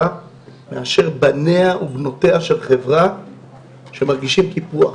מאשר בניה ובנותיה של חברה שמרגישים קיפוח,